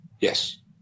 Yes